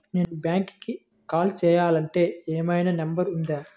నేను బ్యాంక్కి కాల్ చేయాలంటే ఏమయినా నంబర్ ఉందా?